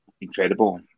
incredible